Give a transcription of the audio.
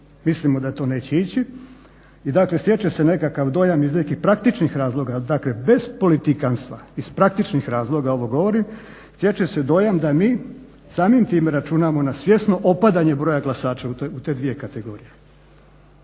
mislimo da to neće ići. I dakle, stječe se nekakav dojam iz nekih praktičnih razloga, dakle bez politikantstva, iz praktičnih razloga ovo govorim, stječe se dojam da mi samim time računamo na svjesno opadanje broja glasača u te dvije kategorije.